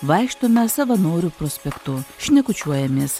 vaikštome savanorių prospektu šnekučiuojamės